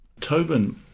Tobin